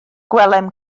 gwelem